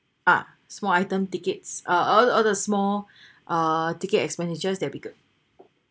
ah small items tickets all all the small ah ticket expenditures that bigger